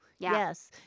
Yes